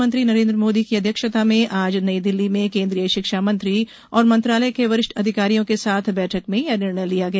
प्रधानमंत्री नरेन्द्र मोदी की अध्यक्षता में आज नई दिल्ली में केंद्रीय शिक्षा मंत्री और मंत्रालय के वरिष्ठ अधिकारियों के साथ बैठक में यह निर्णय लिया गया